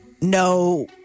no